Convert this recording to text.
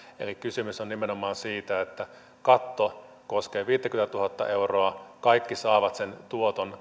eli kysymys on nimenomaan siitä että katto koskee viittäkymmentätuhatta euroa kaikki jotka siihen kuuluvat saavat sen tuoton